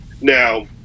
Now